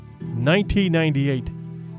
1998